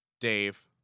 Dave